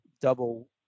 double